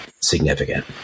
significant